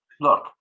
look